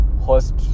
host